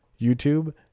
YouTube